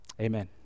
Amen